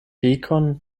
pekon